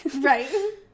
Right